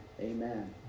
Amen